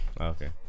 Okay